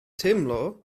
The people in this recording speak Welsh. teimlo